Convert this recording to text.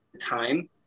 time